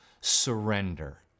surrender